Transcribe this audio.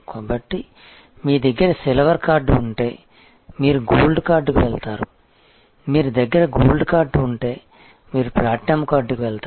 కాబట్టి మీ దగ్గర సిల్వర్ కార్డ్ ఉంటే మీరు గోల్డ్ కార్డ్కి వెళతారు మీ దగ్గర గోల్డ్ కార్డ్ ఉంటే మీరు ప్లాటినం కార్డ్కి వెళతారు